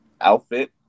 outfit